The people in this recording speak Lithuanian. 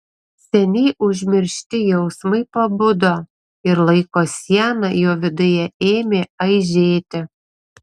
seniai užmiršti jausmai pabudo ir laiko siena jo viduje ėmė aižėti